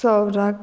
सोराक